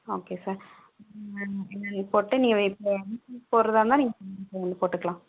okay sir admission போடுகிறதா இருந்தால் நீங்கள் வந்து போட்டுக்கலாம்